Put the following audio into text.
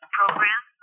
program